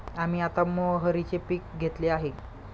आम्ही आता मोहरीचे पीक घेतले आहे